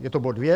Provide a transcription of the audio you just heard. Je to bod 2.